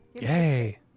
Yay